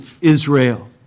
Israel